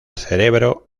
cerebro